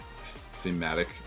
thematic